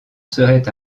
serait